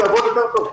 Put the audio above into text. זה יעבוד טוב יותר.